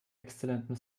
exzellentem